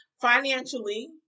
financially